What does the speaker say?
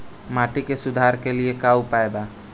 माटी के सुधार के लिए का उपाय बा?